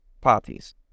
parties